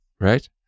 right